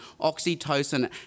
oxytocin